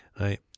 Right